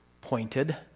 pointed